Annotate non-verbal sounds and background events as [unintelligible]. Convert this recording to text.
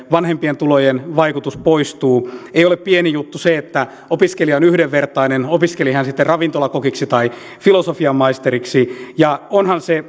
vanhempien tulojen vaikutus poistuu ei ole pieni juttu se että opiskelija on yhdenvertainen opiskeli hän sitten ravintolakokiksi tai filosofian maisteriksi ja onhan se [unintelligible]